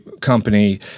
company